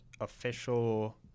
official